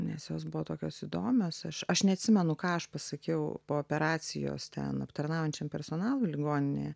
nes jos buvo tokios įdomios aš aš neatsimenu ką aš pasakiau po operacijos ten aptarnaujančiam personalui ligoninėje